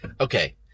okay